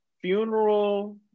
Funeral